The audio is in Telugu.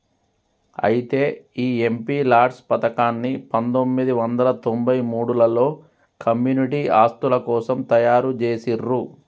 అయితే ఈ ఎంపీ లాట్స్ పథకాన్ని పందొమ్మిది వందల తొంభై మూడులలో కమ్యూనిటీ ఆస్తుల కోసం తయారు జేసిర్రు